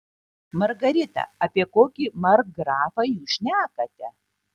margarita apie kokį markgrafą jūs šnekate